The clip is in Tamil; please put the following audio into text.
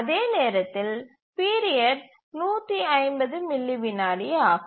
அதே நேரத்தில் பீரியட் 150 மில்லி விநாடி ஆகும்